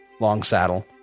Longsaddle